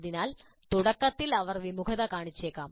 അതിനാൽ തുടക്കത്തിൽ അവർ വിമുഖത കാണിച്ചേക്കാം